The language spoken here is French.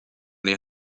les